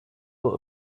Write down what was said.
will